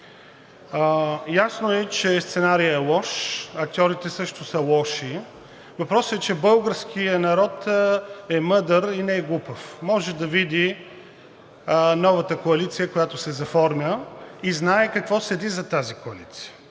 Ясно е, че сценарият е лош, актьорите също са лоши. Въпросът е, че българският народ е мъдър и не е глупав – може да види новата коалиция, която се заформя, и знае какво седи зад тази коалиция.